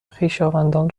خویشاوندان